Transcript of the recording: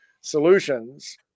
solutions